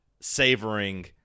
savoring